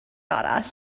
arall